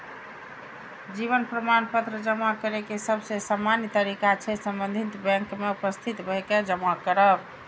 जीवन प्रमाण पत्र जमा करै के सबसे सामान्य तरीका छै संबंधित बैंक में उपस्थित भए के जमा करब